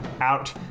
out